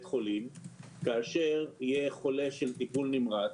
חולים כאשר יהיה חולה של טיפול נמרץ.